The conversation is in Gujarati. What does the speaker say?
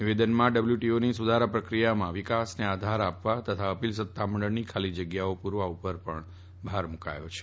નિવેદનમાં ડબલ્યુટીઓની સુધારા પ્રક્રિયામાં વિકાસને આધાર આપવા તથા અપીલ સત્તામંડળની ખાલી જગ્યાઓ પુરવા પર ભાર મુકથો છે